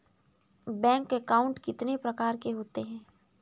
Bank account कितने प्रकार के होते हैं?